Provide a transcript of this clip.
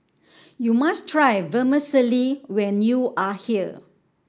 you must try Vermicelli when you are here